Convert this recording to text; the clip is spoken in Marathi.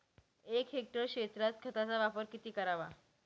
एक हेक्टर क्षेत्रात खताचा वापर किती करावा?